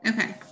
Okay